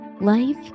life